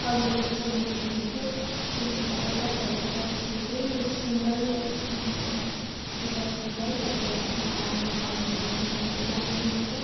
अरू बेला त सिन्डिकेट हुन्थ्यो अन्तखेरि अब तपाईँहरूको ट्याक्सी चाहिँ म सिङ्गल छु प्यासेन्जर तपाईँहरूको भाडाहरू भनिदिनु भए राम्रो हुन्थ्यो